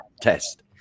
test